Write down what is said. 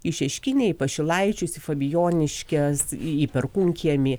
į šeškinę į pašilaičiuos į fabijoniškes į į perkūnkiemį